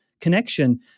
connection